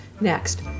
Next